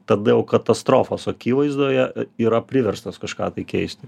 tada jau katastrofos akivaizdoje yra priverstas kažką tai keisti